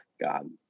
God